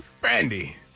Brandy